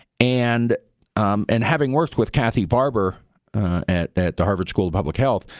and and having worked with cathy barber at at the harvard school of public health,